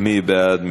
מי בעד?